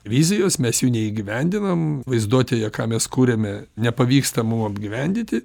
vizijos mes jų neįgyvendinam vaizduotėje ką mes kuriame nepavyksta mum apgyvendyti